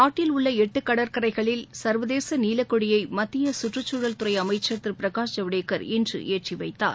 நாட்டில் உள்ள எட்டு கடற்கரைகளில் சர்வதேச நீலக்கொடியை மத்திய கற்றுச் சூழல் துறை அமைச்சர் திரு பிரகாஷ் ஜவடேக்கர் இன்று ஏற்றி வைத்தார்